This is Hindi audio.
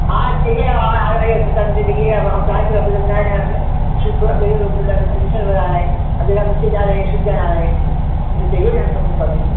आ जाइए आइए फ़िर त हम अब हम कहें तो अब नया नया अब जा सूट तो अब मतलब एडमिशन हो रहा है अब बच्चे जा रहें स्कूल जाना है कहिए न तब क दे